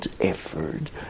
effort